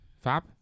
Fab